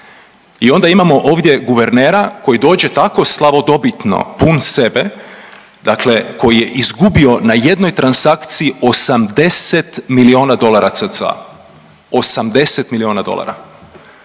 I onda imamo ovdje guvernera koji dođe tako slavodobitno pun sebe, dakle koji je izgubio na jednoj transakciji 80 milijuna dolara cca, 80 milijuna dolara.